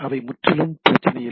அவை முற்றிலும் பிரச்சினை இல்லை